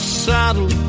saddle